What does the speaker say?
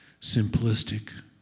simplistic